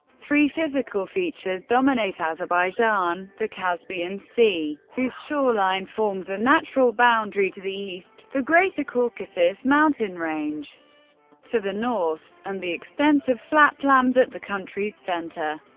three physical features dominate azerbaijan the caspian sea, whose shoreline forms a natural boundary to the east the greater caucasus mountain range to the north and the extensive flatlands at the country's center.